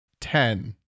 Ten